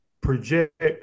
project